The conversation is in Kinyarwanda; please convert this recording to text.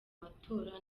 matora